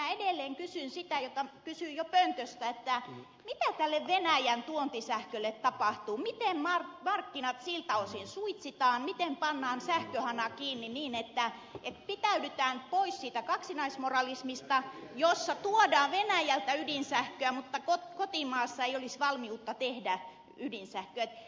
toisaalta minä edelleen kysyn sitä jota kysyin jo pöntöstä mitä tälle venäjän tuontisähkölle tapahtuu miten markkinat siltä osin suitsitaan miten pannaan sähköhana kiinni niin että pitäydytään pois siitä kaksinaismoralismista jossa tuodaan venäjältä ydinsähköä mutta kotimaassa ei olisi valmiutta tehdä ydinsähköä